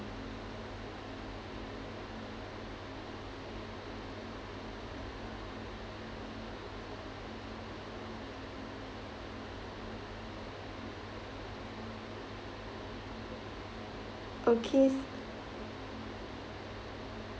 okay